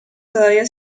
todavía